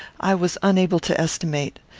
i was unable to estimate.